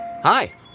Hi